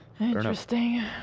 interesting